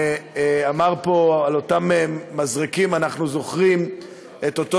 פה על אותם מזרקים: אנחנו זוכרים את אותו